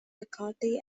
mccarthy